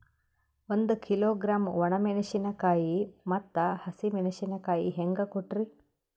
ಒಂದ ಕಿಲೋಗ್ರಾಂ, ಒಣ ಮೇಣಶೀಕಾಯಿ ಮತ್ತ ಹಸಿ ಮೇಣಶೀಕಾಯಿ ಹೆಂಗ ಕೊಟ್ರಿ?